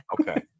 Okay